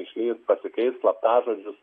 išlys pasikeist slaptažodžius